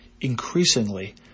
increasingly